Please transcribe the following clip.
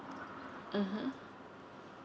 mmhmm